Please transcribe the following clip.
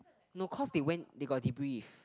no cause they went they got debrief